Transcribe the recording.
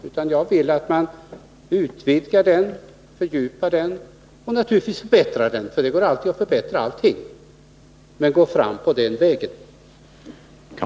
Därför vill jag att man utvidgar, fördjupar och förbättrar den nuvarande verksamheten, för det går naturligtvis att förbättra allting. Men man skall gå fram på den vägen att förbättra nuvarande system.